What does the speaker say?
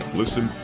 listen